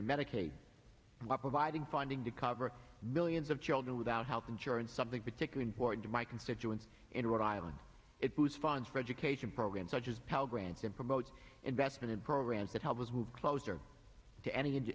and medicaid by providing funding to cover millions of children without health insurance something particular important to my constituents in rhode island it was funds for education programs such as pell grants and promotes investment programs that help us move closer to